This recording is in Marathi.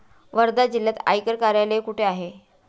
वर्धा जिल्ह्यात आयकर कार्यालय कुठे आहे?